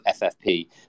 FFP